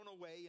away